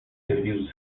servindo